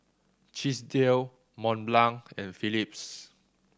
Chesdale Mont Blanc and Phillips